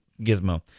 Gizmo